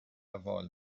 وال